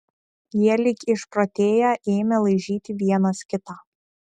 jie lyg išprotėję ėmė laižyti vienas kitą